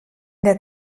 der